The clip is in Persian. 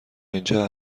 اینجا